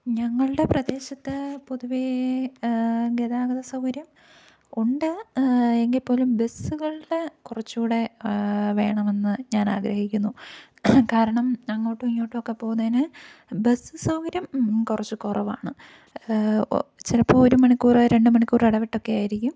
ഞങ്ങളുടെ പ്രദേശത്ത് പൊതുവേ ഗതാഗത സൗകര്യം ഉണ്ട് എങ്കില്പ്പോലും ബസ്സുകളുടെ കുറച്ചുകൂടെ വേണമെന്ന് ഞാൻ ആഗ്രഹിക്കുന്നു കാരണം അങ്ങോട്ടും ഇങ്ങോട്ടും ഒക്കെ പോകുന്നതിന് ബസ്സ് സൗകര്യം കുറച്ച് കുറവാണ് ചിലപ്പോള് ഒരു മണിക്കൂര് രണ്ടു മണിക്കൂര് ഇടവിട്ടൊക്കെ ആയിരിക്കും